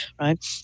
right